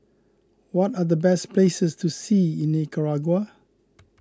what are the best places to see in Nicaragua